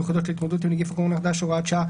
מיוחדות להתמודדות עם נגיף הקורונה החדש (הוראת שעה),